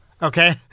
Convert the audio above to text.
Okay